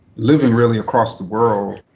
living really across the world,